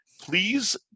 please